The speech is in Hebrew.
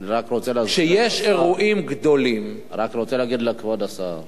אני רוצה להגיד לכבוד השר,